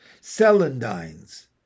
celandines